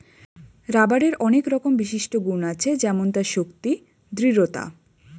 রাবারের অনেক রকমের বিশিষ্ট গুন্ আছে যেমন তার শক্তি, দৃঢ়তা